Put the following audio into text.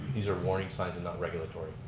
these are warning signs and not regulatory.